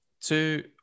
two